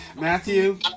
Matthew